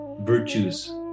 virtues